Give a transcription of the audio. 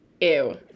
Ew